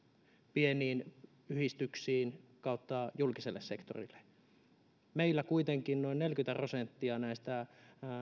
pieniin yhdistyksiin julkiselle sektorille mutta meillä kuitenkin noin neljäkymmentä prosenttia näistä